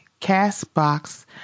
Castbox